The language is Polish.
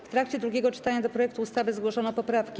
W trakcie drugiego czytania do projektu ustawy zgłoszono poprawki.